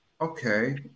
okay